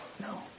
No